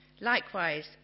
Likewise